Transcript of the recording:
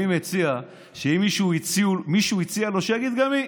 אני מציע שאם מישהו הציע לו, שיגיד גם מי,